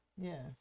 Yes